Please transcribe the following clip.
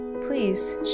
Please